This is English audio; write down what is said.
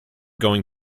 going